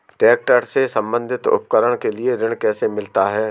Tractor से संबंधित उपकरण के लिए ऋण कैसे मिलता है?